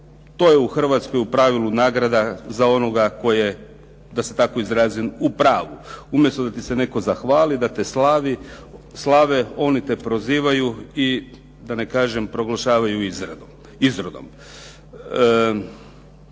To je u Hrvatskoj u pravilu nagrada za onoga tko je da se tako izrazim u pravu. Umjesto da ti se netko zahvali, da te slave oni te prozivaju i da ne kažem proglašavaju izrodom.